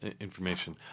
information